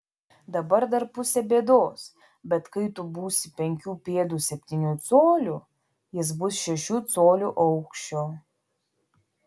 dabar dar pusė bėdos bet kai tu būsi penkių pėdų septynių colių jis bus šešių colių aukščio